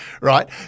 right